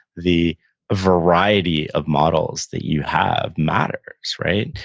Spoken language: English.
the variety of models that you have matters, right?